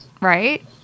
right